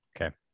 Okay